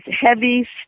heavy